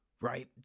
right